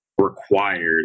required